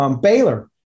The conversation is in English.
Baylor